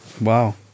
Wow